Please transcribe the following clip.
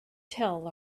tell